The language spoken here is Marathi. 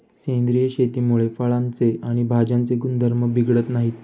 सेंद्रिय शेतीमुळे फळांचे आणि भाज्यांचे गुणधर्म बिघडत नाहीत